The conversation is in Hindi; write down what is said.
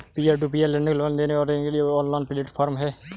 peer to peer lending loan लेने और देने का एक ऑनलाइन प्लेटफ़ॉर्म है